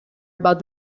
about